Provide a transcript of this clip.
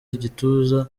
igituza